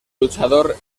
luchador